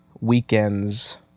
weekends